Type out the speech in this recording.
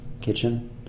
kitchen